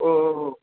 हो हो हो